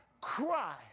cry